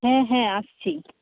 হ্যাঁ হ্যাঁ আসছি